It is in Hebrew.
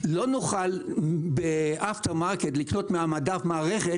לא נוכל ב-after market לקנות מהמדף מערכת